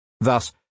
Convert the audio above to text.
Thus